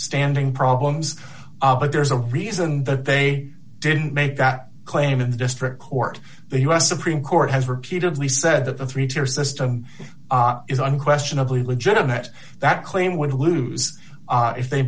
standing problems but there's a reason that they didn't make that claim in the district court the u s supreme court has repeatedly said that the three tier system is unquestionably legitimate that claim would lose if they